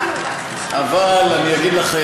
אבל אני אגיד לך,